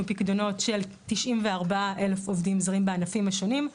פיקדונות של 94,000 עובדים זרים בענפים השונים.